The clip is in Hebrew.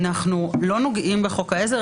אנחנו גם לא נוגעים בחוק העזר,